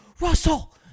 Russell